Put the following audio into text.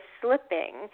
slipping